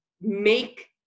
make